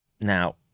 now